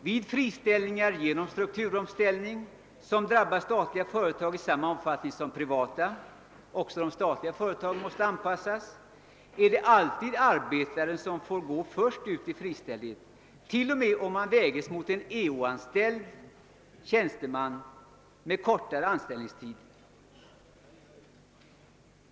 Vid friställningar på grund av strukturomvandling, som drabbar statliga företag i samma omfattning som privata — också de statliga företagen måste ju strukturanpassas — är det alltid arbetaren som får gå först, t.o.m. om han väges mot en eo-anställd med kortare anställningstid.